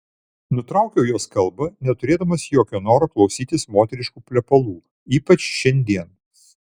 nutraukiu jos kalbą neturėdamas jokio noro klausytis moteriškų plepalų ypač šiandien